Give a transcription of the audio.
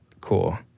Cool